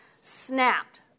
Snapped